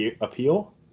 appeal